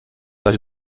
dać